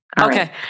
Okay